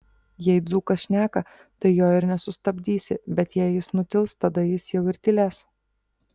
jei dzūkas šneka tai jo ir nesustabdysi bet jei jis nutils tada jis jau ir tylės